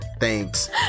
Thanks